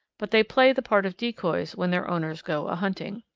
but they play the part of decoys when their owners go ahunting.